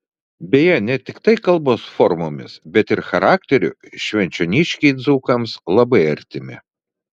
beje ne tiktai kalbos formomis bet ir charakteriu švenčioniškiai dzūkams labai artimi